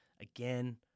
Again